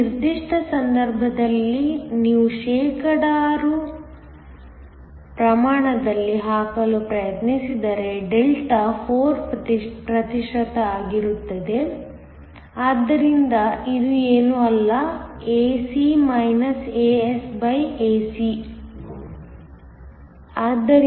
ಈ ನಿರ್ದಿಷ್ಟ ಸಂದರ್ಭದಲ್ಲಿ ನೀವು ಶೇಕಡಾವಾರು ಪ್ರಮಾಣದಲ್ಲಿ ಹಾಕಲು ಪ್ರಯತ್ನಿಸಿದರೆ ಡೆಲ್ಟಾ 4 ಪ್ರತಿಶತ ಆಗಿರುತ್ತದೆ ಆದ್ದರಿಂದ ಇದು ಏನೂ ಅಲ್ಲ ae asae